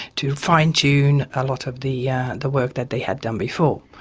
to fine tune a lot of the yeah the work that they had done before.